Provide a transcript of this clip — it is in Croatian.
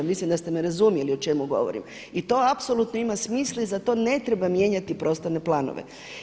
Mislim da ste me razumjeli o čemu govorim i to apsolutno ima smisla i za to ne treba mijenjati prostorne planove.